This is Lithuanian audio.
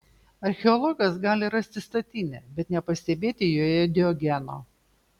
archeologas gali rasti statinę bet nepastebėti joje diogeno